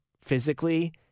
physically